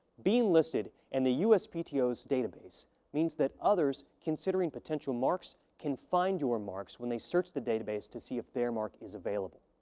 being listed in and the uspto's database means that others considering potential marks can find your marks when they search the database to see if their mark is available.